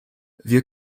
wir